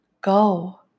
go